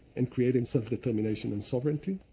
and creating self-determination and sovereignty,